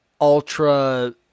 ultra